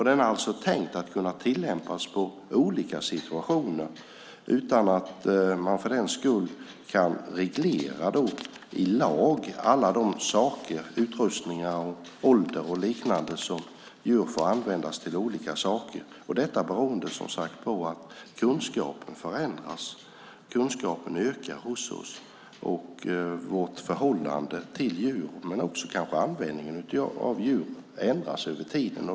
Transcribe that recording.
Den är tänkt att kunna tillämpas på olika situationer utan att man för den skull kan reglera i lag allt som gäller saker och utrustningar som får användas, ålder och liknande för djur. Detta beror på att kunskapen förändras och ökas hos oss, och vårt förhållande till och användning av djur ändras över tiden.